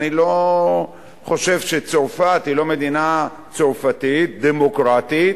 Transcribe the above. אני לא חושב שצרפת היא לא מדינה צרפתית דמוקרטית